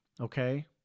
okay